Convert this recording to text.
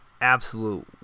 absolute